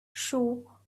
show